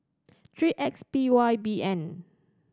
three X P Y B N